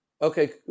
Okay